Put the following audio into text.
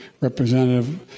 Representative